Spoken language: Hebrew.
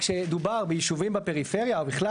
כשדובר בישובים בפריפריה או בכלל